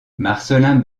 marcelin